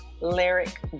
Lyric